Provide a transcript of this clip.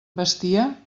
vestia